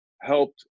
helped